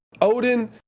Odin